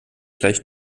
gleich